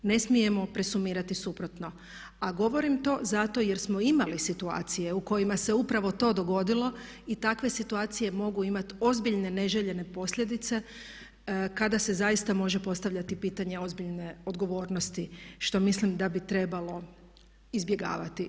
Ne smijemo presumirati suprotno, a govorim to zato jer smo imali situacije u kojima se upravo to dogodilo i takve situacije mogu imati ozbiljne neželjene posljedice kada se zaista može postavljati pitanje ozbiljne odgovornosti što mislim da bi trebalo izbjegavati.